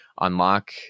unlock